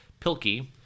Pilkey